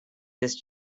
this